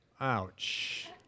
Ouch